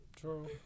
true